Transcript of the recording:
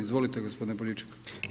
Izvolite gospodine Poljičak.